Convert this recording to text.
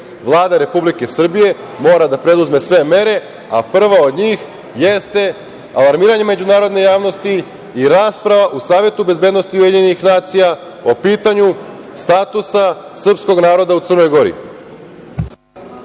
Gore. Vlada Republike Srbije mora da preduzme sve mere a prva od njih jeste alarmiranje međunarodne javnosti i rasprava u Savetu bezbednosti UN o pitanju statusa srpskog naroda u Crnoj Gori.